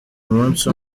umunsi